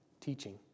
teaching